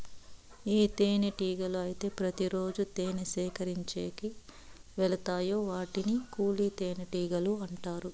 ఏ తేనెటీగలు అయితే ప్రతి రోజు తేనె సేకరించేకి వెలతాయో వాటిని కూలి తేనెటీగలు అంటారు